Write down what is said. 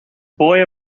boy